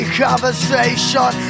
conversation